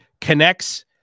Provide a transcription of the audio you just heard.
connects